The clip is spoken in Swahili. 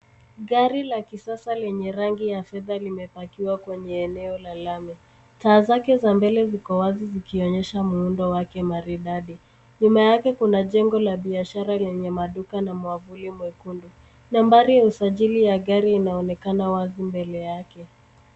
Gari la kisasa lenye rangi ya fedha limepakiwa kwenye eneo la lami. Taa zake za mbele ziko wazi zikionyesha muundo wake maridadi. Nyuma yake kuna jengo la biashara lenye maduka na mwavuli mwekundu. Nambari ya usajili ya gari inaonekana wazi mbele yake.